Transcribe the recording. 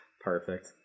Perfect